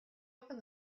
opened